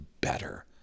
better